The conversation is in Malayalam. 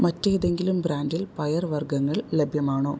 മറ്റേതെങ്കിലും ബ്രാൻഡിൽ പയർ വർഗ്ഗങ്ങൾ ലഭ്യമാണോ